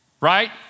Right